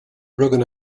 broken